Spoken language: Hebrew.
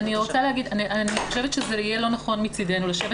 אני חושבת שזה יהיה לא נכון מצדנו לשבת